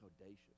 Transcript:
Audacious